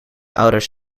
ouders